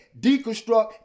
deconstruct